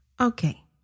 Okay